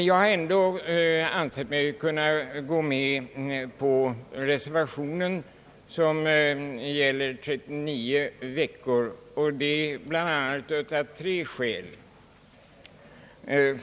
Jag har ändå ansett mig kunna gå med på reservationens uppfattning om lämpligheten av ett skolår på 39 veckor, framför allt av tre skäl.